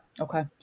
Okay